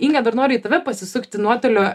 inga dar noriu tave pasisukti nuotoliu